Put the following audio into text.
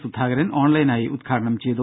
സുധാകരൻ ഓൺലൈനായി ഉദ്ഘാടനം ചെയ്തു